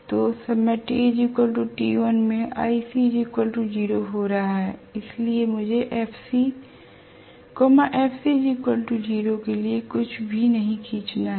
तो समय में हो रहा है इसलिए मुझे FC FC0 के लिए कुछ भी नहीं खींचना है